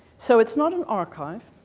so it's not an archive,